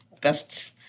best